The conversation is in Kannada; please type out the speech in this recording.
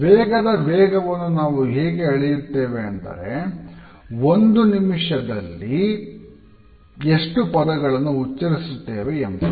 ವೇಗದ ವೇಗವನ್ನು ನಾವು ಹೇಗೆ ಅಳೆಯುತ್ತೇವೆ ಅಂದರೆ ಒಂದು ನಿಮಿಷದಲ್ಲಿ ಎಷ್ಟು ಪದಗಳನ್ನು ಉಚ್ಚರಿಸುತ್ತೇವೆ ಎಂಬುದು